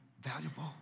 valuable